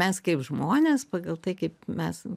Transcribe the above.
mes kaip žmonės pagal tai kaip mes